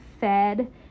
fed